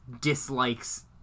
dislikes